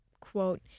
quote